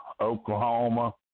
Oklahoma